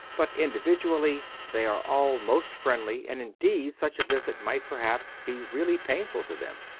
but individually, they are all most friendly, and, indeed such a visit might perhaps be really painful to them.